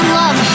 love